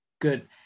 Good